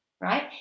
right